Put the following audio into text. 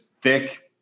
thick